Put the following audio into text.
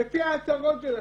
לפי ההצהרות שלכם,